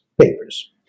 papers